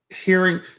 hearing